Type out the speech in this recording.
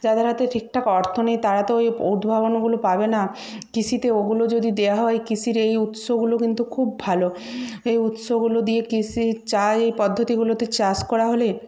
যাদের হাতে ঠিকঠাক অর্থ নেই তারা তো ওই উদ্ভাবনীগুলো পাবে না কৃষিতে ওগুলো যদি দেওয়া হয় কৃষির এই উৎসগুলো কিন্তু খুব ভালো এই উৎসগুলো দিয়ে কৃষি চা এই পদ্ধতিগুলিতে চাষ করা হলে